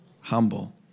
humble